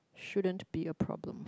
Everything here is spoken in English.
shouldn't be a problem